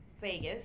Vegas